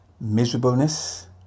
miserableness